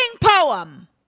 poem